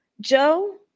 Joe